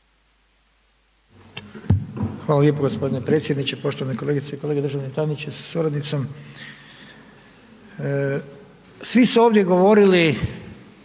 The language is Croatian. Hvala lijepo gospodine predsjedniče, poštovane kolegice i kolege, državni tajniče sa suradnicom. Svi su ovdje govorili